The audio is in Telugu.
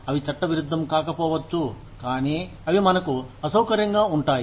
అవి చట్టవిరుద్ధం కాకపోవచ్చు కానీ అవి మనకు అసౌకర్యంగా ఉంటాయి